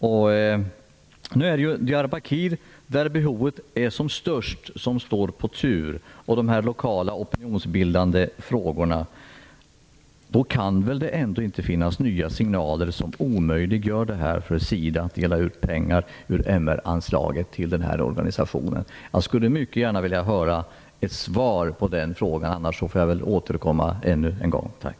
Det är Diayrbakir, där behovet är som störst, som står på tur och de lokala opinionsbildande frågorna. Då kan det väl inte finnas nya signaler som omöjliggör för SIDA att dela ut pengar ur MR-anslaget till den här organisationen? Jag skulle mycket gärna vilja ha ett svar på den frågan. Annars får jag återkomma ännu en gång. Tack!